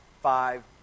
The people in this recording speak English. five